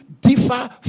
differ